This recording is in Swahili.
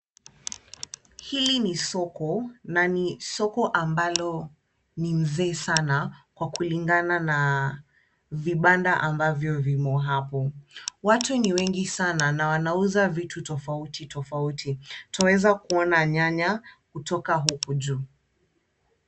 Hili ni soko na ni soko ambalo ni mzee sana kwa kulingana na vibanda ambavyo vimo hapo. Watu ni wengi sana na wanauza vitu tofauti tofauti. Twaweza kuona nyanya kutoka huku juu.